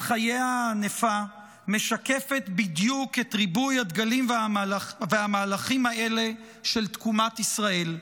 חייה הענפה משקפת בדיוק את ריבוי הדגלים והמהלכים האלה של תקומת ישראל.